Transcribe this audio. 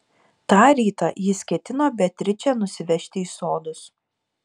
tą rytą jis ketino beatričę nusivežti į sodus